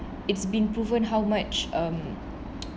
it's been proven how much um